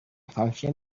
function